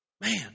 Man